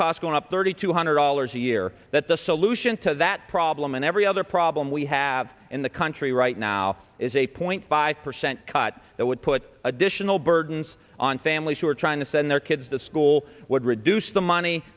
costs going up thirty two hundred dollars a year that the solution to that problem and every other problem we have in the country right now is a point five percent cut that would put additional burdens on families who are trying to send their kids to school would reduce the money